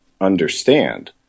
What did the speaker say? understand